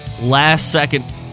last-second